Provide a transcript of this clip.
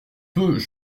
peut